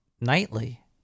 nightly